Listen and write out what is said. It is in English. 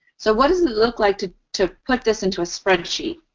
so, what does it look like to to put this into a spreadsheet?